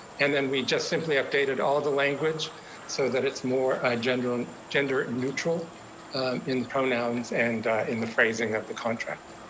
and then we just simply updated all the language so that it's more a gender and gender neutral in pronouns and in the phrasing of the contract.